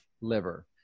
liver